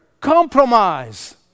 compromise